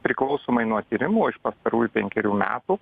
priklausomai nuo tyrimų iš pastarųjų penkerių metų